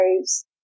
lives